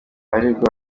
aribwo